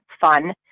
fun